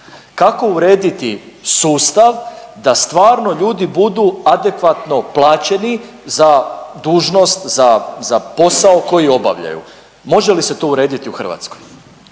Kako urediti sustav da stvarno ljudi budu adekvatno plaćeni za dužnost, za posao koji obavljaju. Može li se to urediti u Hrvatskoj?